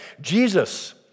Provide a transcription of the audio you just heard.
Jesus